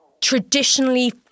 traditionally